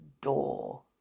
door